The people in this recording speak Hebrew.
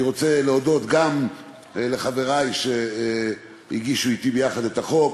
אני רוצה להודות גם לחברי שהגישו יחד אתי את החוק,